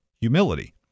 humility